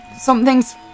something's